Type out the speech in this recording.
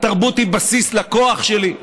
התרבות היא בסיס לכוח שלי.